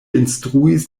instruis